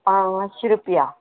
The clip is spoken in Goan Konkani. पांचशी रुपया